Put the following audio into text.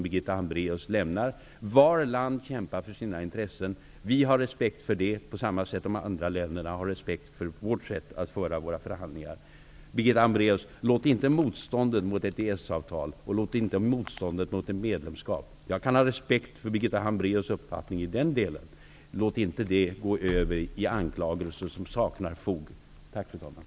Varje land kämpar för sina intressen. Vi har respekt för det på samma sätt som de andra länderna har respekt för vårt sätt att föra förhandlingar. Birgitta Hambraeus, låt inte motståndet mot ett EES-avtal och ett medlemskap -- jag kan ha respekt för Birgitta Hambraeus uppfattning i den delen -- gå över i anklagelser som saknar fog. Tack, fru talman.